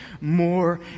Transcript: more